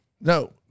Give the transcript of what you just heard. No